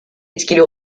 etkili